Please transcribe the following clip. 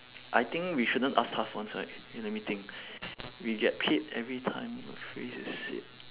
I think we shouldn't ask tough ones right wait let me think we get paid every time a phrase is said